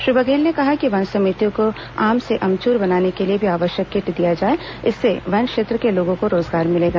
श्री बधेल ने कहा कि वन समितियों को आम से अमचूर बनाने के लिए भी आवश्यक किट दिया जाए इससे वन क्षेत्र के लोगों को रोजगार मिलेगा